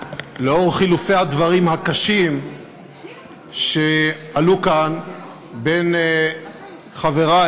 לנוכח חילופי הדברים הקשים שעלו כאן בין חברי